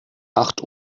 acht